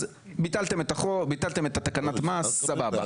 אז ביטלתם את החוק, ביטלתם את תקנת המס, סבבה.